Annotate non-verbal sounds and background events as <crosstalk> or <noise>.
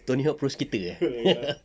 tony hawk pro skater eh <laughs>